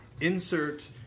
insert